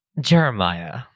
Jeremiah